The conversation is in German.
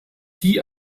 die